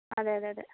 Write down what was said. അതെ അതെ അതെ